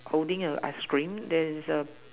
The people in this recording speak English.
holding a ice cream there is a